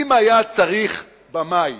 אם היה צריך במאי